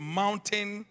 mountain